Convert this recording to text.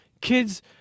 kids